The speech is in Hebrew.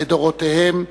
לדורותיהם,